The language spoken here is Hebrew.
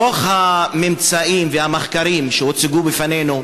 מתוך הממצאים והמחקרים שהוצגו בפנינו,